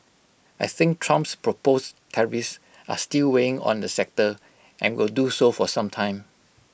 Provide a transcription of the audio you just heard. I think Trump's proposed tariffs are still weighing on the sector and will do so for some time